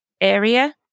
area